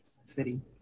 city